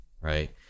right